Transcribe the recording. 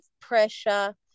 pressure